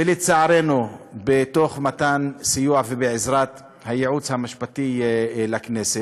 ולצערנו תוך מתן סיוע ובעזרת הייעוץ המשפטי לכנסת,